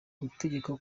gutegeka